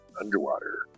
underwater